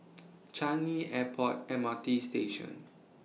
Changi Airport M R T Station